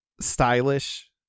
stylish